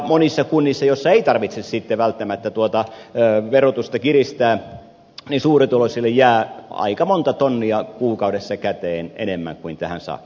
monissa kunnissa joissa ei tarvitse sitten välttämättä verotusta kiristää suurituloisille jää aika monta tonnia enemmän kuukaudessa käteen kuin tähän saakka